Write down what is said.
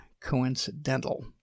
coincidental